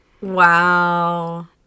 Wow